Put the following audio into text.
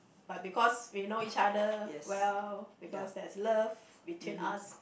but because we know each other well because there is love between us